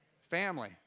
Family